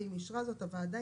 ואם זאת הוועדה,